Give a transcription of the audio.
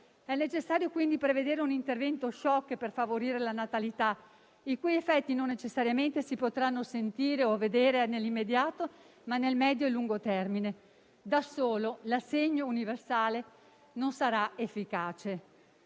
È necessario quindi prevedere un intervento *shock* per favorire la natalità, i cui effetti non necessariamente si potranno sentire o vedere nell'immediato, ma nel medio e lungo termine. Da solo, l'assegno universale non sarà efficace.